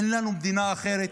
אין לנו מדינה אחרת.